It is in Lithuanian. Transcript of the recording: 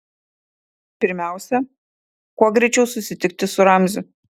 pirmiausia kuo greičiau susitikti su ramziu